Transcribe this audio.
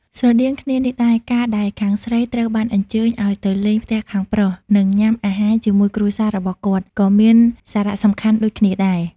ស្រដៀងគ្នានេះដែរ ការដែលខាងស្រីត្រូវបានអញ្ជើញឲ្យទៅលេងផ្ទះខាងប្រុស និងញ៉ាំអាហារជាមួយគ្រួសាររបស់គាត់ ក៏មានសារៈសំខាន់ដូចគ្នាដែរ។